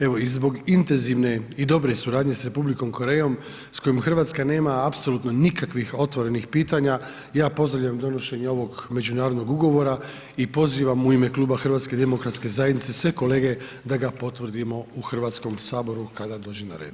Evo i zbog intenzivne i dobre suradnje s Republikom Korejom s kojom Hrvatska nema apsolutno nikakvih otvorenih pitanja ja pozdravljam donošenje ovog međunarodnog ugovora i pozivam u ime Kluba HDZ-a sve kolege da ga potvrdimo u Hrvatskom saboru kada dođe na red.